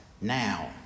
now